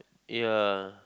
ya